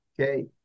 okay